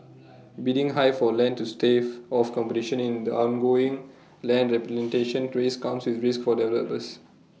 bidding high for land to stave off competition in the ongoing land race comes with risks for developers